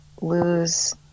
lose